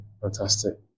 Fantastic